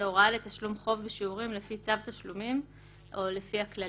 הוראה לתשלום חוב בשיעורים לפי צו תשלומים או לפי כללים".